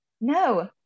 no